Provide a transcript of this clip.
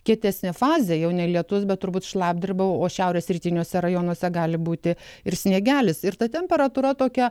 kietesnė fazė jau ne lietus bet turbūt šlapdriba o šiaurės rytiniuose rajonuose gali būti ir sniegelis ir ta temperatūra tokia